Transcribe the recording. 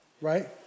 right